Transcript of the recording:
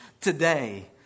today